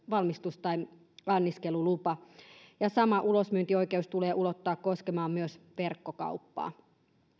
valmistus tai anniskelulupa ja sama ulosmyyntioikeus tulee ulottaa koskemaan myös verkkokauppaa